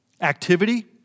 activity